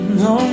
no